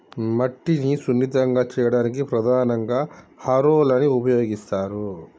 మట్టిని సున్నితంగా చేయడానికి ప్రధానంగా హారోలని ఉపయోగిస్తరు